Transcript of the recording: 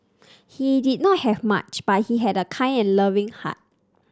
he did not have much but he had a kind and loving heart